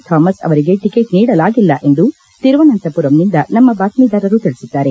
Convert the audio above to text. Thomas ಅವರಿಗೆ ticket ನೀಡಲಾಗಿಲ್ಲ ಎಂದು ತಿರುವಸಂತಪುರಂನಿಂದ ನಮ್ನ ಬಾತ್ತೀದಾರರು ತಿಳಿಸಿದ್ದಾರೆ